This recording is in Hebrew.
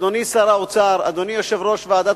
אדוני שר האוצר, אדוני יושב-ראש ועדת